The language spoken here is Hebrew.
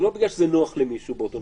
שזה לא בגלל שזה נוח למישהו באותו מצב.